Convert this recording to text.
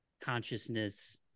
consciousness –